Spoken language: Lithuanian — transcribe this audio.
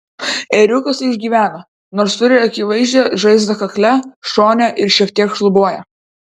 ėriukas išgyveno nors turi akivaizdžią žaizdą kakle šone ir šiek tiek šlubuoja